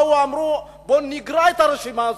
הם באו ואמרו: בואו נגרע מהרשימה הזאת,